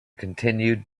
continued